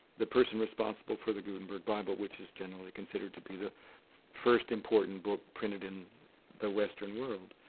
the person responsible for the gutenberg bible, which is generally considered to be the first important book printed in the western world.